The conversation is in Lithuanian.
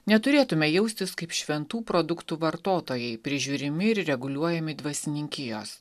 neturėtume jaustis kaip šventų produktų vartotojai prižiūrimi ir reguliuojami dvasininkijos